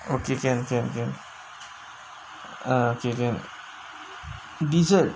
okay can can so dessert